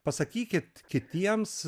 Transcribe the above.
pasakykit kitiems